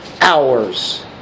Hours